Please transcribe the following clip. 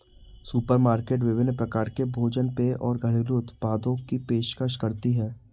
supermarket विभिन्न प्रकार के भोजन पेय और घरेलू उत्पादों की पेशकश करती है